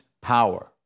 power